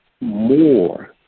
more